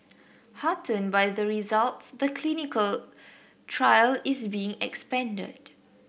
heartened by the results the clinical trial is being expanded